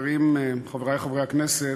תודה רבה, חברי חברי הכנסת,